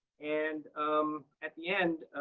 and um at the end,